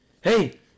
Hey